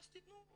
תתנו,